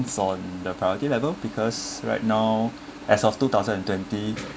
it's on the priority level because right now as of two thousand and twenty